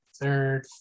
third